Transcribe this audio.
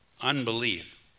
Unbelief